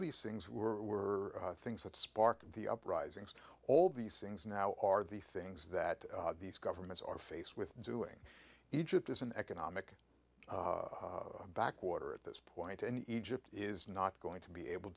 these things were things that sparked the uprisings all these things now are the things that these governments are faced with doing egypt is an economic backwater at this point and egypt is not going to be able